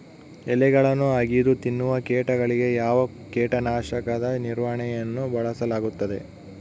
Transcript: ಎಲೆಗಳನ್ನು ಅಗಿದು ತಿನ್ನುವ ಕೇಟಗಳಿಗೆ ಯಾವ ಕೇಟನಾಶಕದ ನಿರ್ವಹಣೆಯನ್ನು ಬಳಸಲಾಗುತ್ತದೆ?